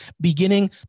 beginning